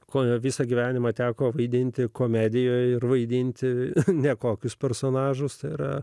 kone visą gyvenimą teko vaidinti komedijoje ir vaidinti ne kokius personažus tai yra